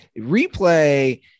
replay